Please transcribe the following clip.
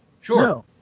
Sure